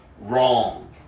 wrong